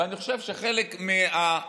ואני חושב שחלק מהאי-אמון